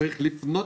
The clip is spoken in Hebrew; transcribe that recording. צריך לפנות